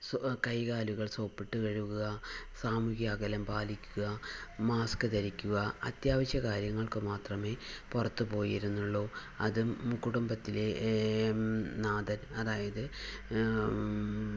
so കൈ കാലുകൾ സോപ്പിട്ട് കഴുകുക സാമൂഹ്യ അകലം പാലിക്കുക മാസ്ക് ധരിക്കുക അത്യാവശ്യ കാര്യങ്ങള്ക്ക് മാത്രമേ പുറത്ത് പോയിരുന്നുള്ളൂ അതും കുടുംബത്തിലെ നാഥൻ അതായത്